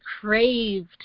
craved